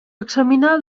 examina